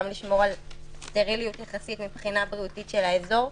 גם לשמור על סטריליות יחסית מבחינה בריאותית של האזור.